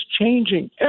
changing